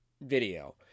video